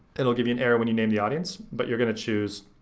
it'll give you an error when you name the audience, but you're gonna choose